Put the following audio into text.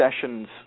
sessions